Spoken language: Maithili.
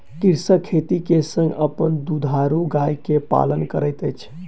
कृषक खेती के संग अपन दुधारू गाय के पालन करैत अछि